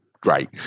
great